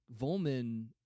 Volman –